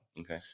Okay